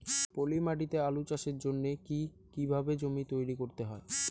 পলি মাটি তে আলু চাষের জন্যে কি কিভাবে জমি তৈরি করতে হয়?